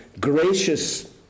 gracious